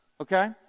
Okay